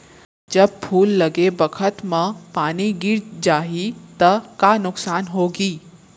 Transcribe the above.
जब फूल लगे बखत म पानी गिर जाही त का नुकसान होगी?